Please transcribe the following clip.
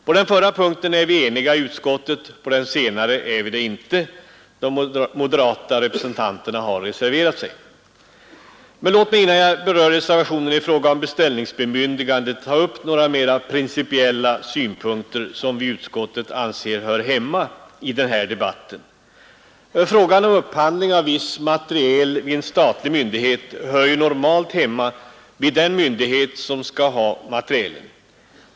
På den förra punkten är vi eniga i utskottet; på den senare är vi det inte. De moderata representanterna har reserverat sig. Men låt mig innan jag berör reservationen i fråga om beställningsbemyndigandet ta upp några mer principiella synpunkter, som vi i utskottet anser hör hemma i den här debatten. Frågor om upphandling av viss materiel vid en statlig myndighet hör ju normalt hemma vid den myndighet som skall ha materielen.